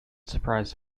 surprise